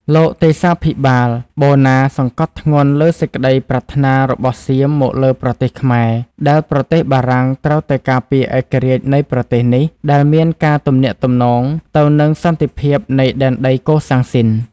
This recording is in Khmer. លោកទេសាភិបាល បូណាសង្កត់ធ្ងន់លើសេចក្ដីប្រាថ្នារបស់សៀមមកលើប្រទេសខ្មែរ ដែលប្រទេសបារាំងត្រូវតែការពារឯករាជ្យនៃប្រទេសនេះ ដែលមានការទំនាក់ទំនងទៅនឹងសន្តិភាពនៃដែនដីកូសាំងស៊ីន។